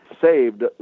saved